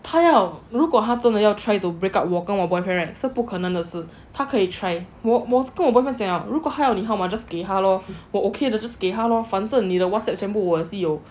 他要他要如果他真的要 try to break up 我跟我 boyfriend right 是不可能的事他可以 try 我我跟我 boyfriend 讲了如果他要你号码 just 给他 lor 我 okay lah just 给他 lor 反正你的 whatsapp 全部我也是有